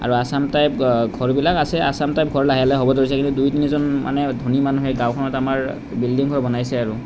আৰু আছাম টাইপ ঘৰবিলাক আছে আছাম টাইপ ঘৰ লাহে লাহে হ'ব ধৰিছে কিন্তু দুই তিনিজন মানে ধনী মানুহে গাঁওখনত আমাৰ বিল্ডিং ঘৰ বনাইছে আৰু